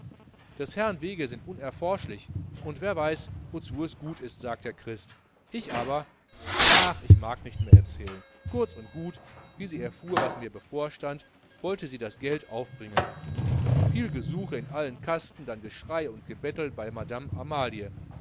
des herrn wege sind unerforschlich und wer weiß wozu es gut ist sagt der christ ich aber ach ich mag nicht mehr erzählen kurz und gut wie sie erfuhr was mir bevorstand wollte sie das geld aufbringen viel gesuche in allen kasten dann geschrei und gebettel bei madame amalie